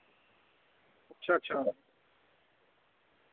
अच्छा अच्छा